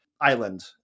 island